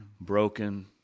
Broken